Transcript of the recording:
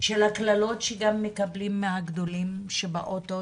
של הקללות שגם מקבלים מהגדולים שבאוטו,